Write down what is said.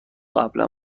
قبلا